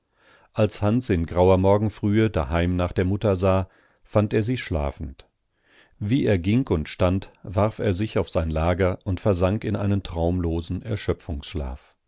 als hans in grauer morgenfrühe daheim nach der mutter sah fand er sie schlafend wie er ging und stand warf er sich auf sein lager und versank in einen traumlosen